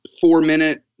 four-minute